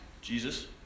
Jesus